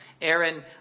Aaron